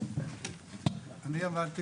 אני עבדתי